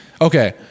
okay